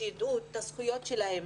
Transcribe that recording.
שידעו את הזכויות שלהם